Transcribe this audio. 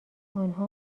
آنها